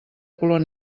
color